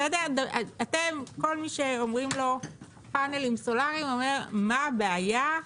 כל מי שאומרים לו פאנלים סולאריים אומרים לו מה הבעיה,